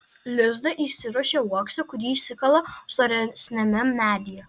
lizdą įsiruošia uokse kurį išsikala storesniame medyje